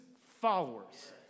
followers